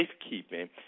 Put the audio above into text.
safekeeping